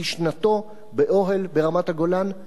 בשנתו, באוהל ברמת-הגולן.